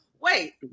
Wait